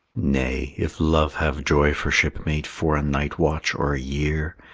nay, if love have joy for shipmate for a night-watch or a year,